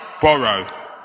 borrow